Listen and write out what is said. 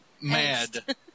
mad